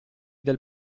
del